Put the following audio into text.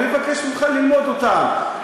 אני מבקש ממך ללמוד אותן.